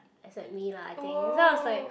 except me lah I think then I was like